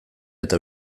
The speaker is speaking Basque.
eta